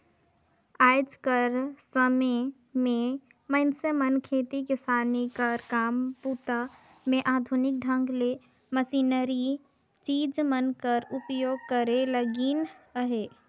आएज कर समे मे मइनसे मन खेती किसानी कर काम बूता मे आधुनिक ढंग ले मसीनरी चीज मन कर उपियोग करे लगिन अहे